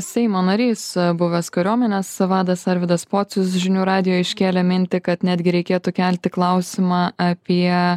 seimo narys buvęs kariuomenės vadas arvydas pocius žinių radijo iškėlė mintį kad netgi reikėtų kelti klausimą apie